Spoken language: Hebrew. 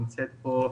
שנמצאת פה,